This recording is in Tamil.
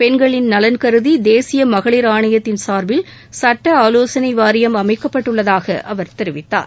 பெண்களின் நலன் கருதி தேசிய மகளிர் ஆணையத்தின் சார்பில் சட்ட ஆலோசனை வாரியம் அமைக்கப்பட்டுள்ளதாக அவர் தெரிவித்தார்